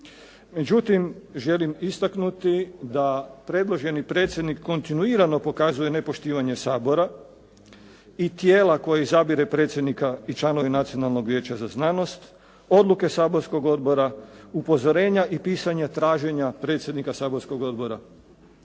međutim želim istaknuti da predloženi predsjednik kontinuirano pokazuje nepoštivanje Sabora i tijela koje izabire predsjednika i članove Nacionalnog vijeća za znanost, odluke saborskog odbora, upozorenja i pisanje traženja predsjednika saborskog odbora.